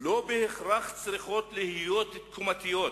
לא בהכרח צריכות להיות תקומתיות.